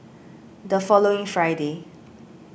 the following Friday